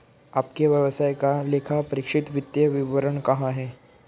आपके व्यवसाय का लेखापरीक्षित वित्तीय विवरण कहाँ है?